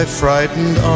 frightened